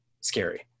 scary